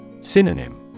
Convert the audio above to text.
Synonym